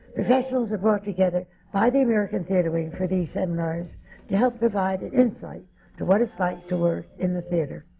professionals are brought together by the american theatre wing for these seminars to help provide the insight to what it's like to work in the theatre.